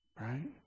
right